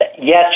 Yes